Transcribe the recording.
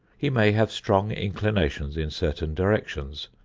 he may have strong inclinations in certain directions,